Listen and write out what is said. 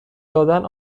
دادن